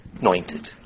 anointed